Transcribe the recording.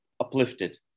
uplifted